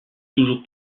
toujours